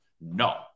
No